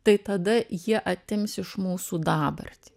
tai tada jie atims iš mūsų dabartį